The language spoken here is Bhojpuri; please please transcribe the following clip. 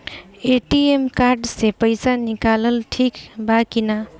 ए.टी.एम कार्ड से पईसा निकालल ठीक बा की ना?